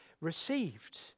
received